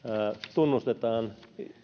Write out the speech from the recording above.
tunnustetaan